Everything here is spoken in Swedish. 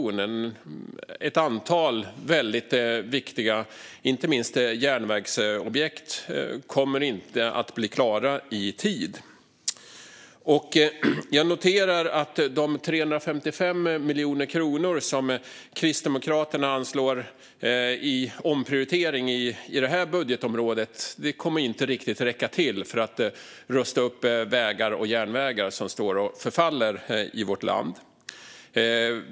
Inte minst ett antal väldigt viktiga järnvägsobjekt kommer inte att bli klara i tid. Jag noterar att de 355 miljoner kronor som Kristdemokraterna anslår i omprioritering på det här budgetområdet inte riktigt kommer att räcka till för att rusta upp vägar och järnvägar som står och förfaller i vårt land.